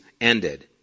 ended